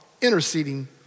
interceding